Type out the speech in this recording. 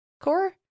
core